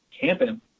camping